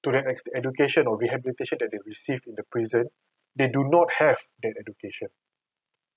to that ext~ education or rehabilitation that they received in the prison they do not have that education